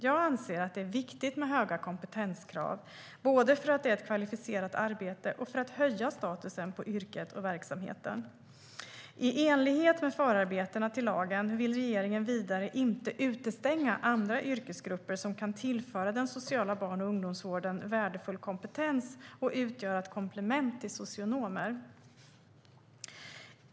Jag anser att det är viktigt med höga kompetenskrav, både för att det är ett kvalificerat arbete och för att höja statusen på yrket och verksamheten. I enlighet med förarbetena till lagen vill regeringen vidare inte utestänga andra yrkesgrupper som kan tillföra den sociala barn och ungdomsvården värdefull kompetens och utgöra ett komplement till socionomer.